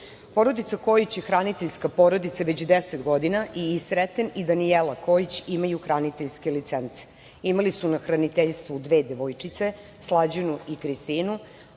pomogla. Porodica Kojić je hraniteljska porodica već deset godina. I Sreten i Danijela Kojić imaju hraniteljske licence. Imali su na hraniteljstvu dve devojčice, Slađanu i Kristinu. Kristina